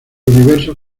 universo